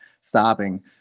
stopping